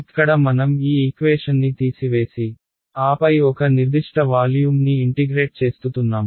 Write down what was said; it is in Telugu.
ఇక్కడ మనం ఈ ఈక్వేషన్ని తీసివేసి ఆపై ఒక నిర్దిష్ట వాల్యూమ్ని ఇంటిగ్రేట్ చేస్తుతున్నాము